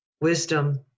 Wisdom